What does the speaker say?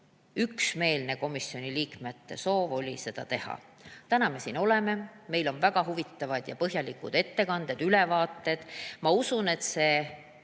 üksmeelne soov oli seda teha. Täna me siin oleme. Meil on väga huvitavad ja põhjalikud ettekanded‑ülevaated. Ma usun, et see